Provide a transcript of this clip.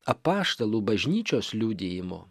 apaštalų bažnyčios liudijimo